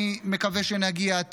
אני מקווה שנגיע,